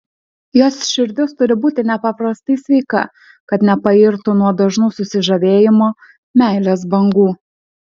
jos širdis turi būti nepaprastai sveika kad nepairtų nuo dažnų susižavėjimo meilės bangų